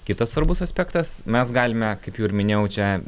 kitas svarbus aspektas mes galime kaip jau ir minėjau čia